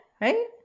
right